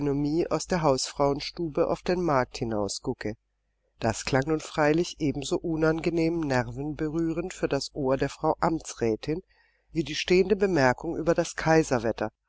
aus der hausfrauenstube auf den markt hinausgucke das klang nun freilich ebenso unangenehm nervenberührend für das ohr der frau amtsrätin wie die stehende bemerkung über das kaiserwetter